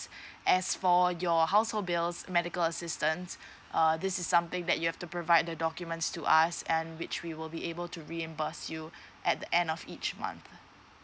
as for your household bills medical assistance err this is something that you have to provide the documents to us and which we will be able to reimburse you at the end of each month